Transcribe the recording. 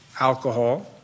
alcohol